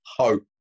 hope